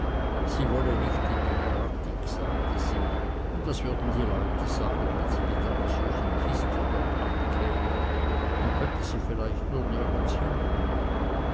sie wolle nicht in die brattig sagte sie und was würden die leute sagen wenn sie mit einer solchen kiste dort ankämen man könnte sie viel leicht nur nirgends hintun